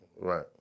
Right